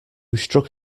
struck